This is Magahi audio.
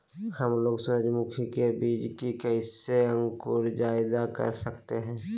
हमलोग सूरजमुखी के बिज की कैसे अंकुर जायदा कर सकते हैं?